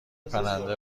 پرنده